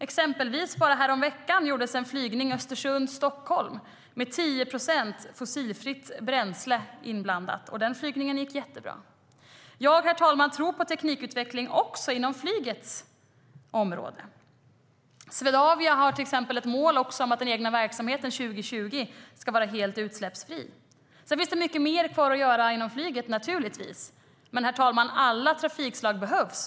Exempelvis gjordes det häromveckan en flygning Östersund-Stockholm med 10 procent fossilfritt bränsle iblandat, och den flygningen gick jättebra. Det finns givetvis mycket mer att göra inom flyget. Men, herr talman, alla trafikslag behövs.